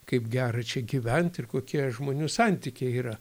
kaip gera čia gyvent ir kokie žmonių santykiai yra